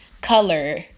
color